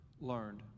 learned